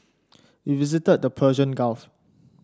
we visited the Persian Gulf